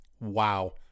wow